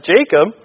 Jacob